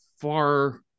far